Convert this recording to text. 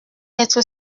être